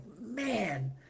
man